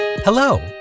Hello